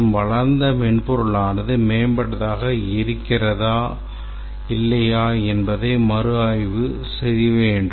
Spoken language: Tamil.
மற்றும் வளர்ந்த மென்பொருளானது மேம்பட்டதாக இருக்கிறதா இல்லையா என்பதை மதிப்பாய்வு செய்ய வேண்டும்